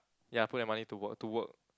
ya put your money to work to work